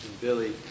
billy